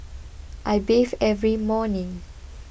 I bathe every morning